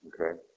Okay